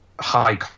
high